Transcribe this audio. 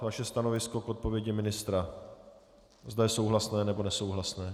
Vaše stanovisko k odpovědi ministra, zda je souhlasné, nebo nesouhlasné.